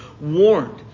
warned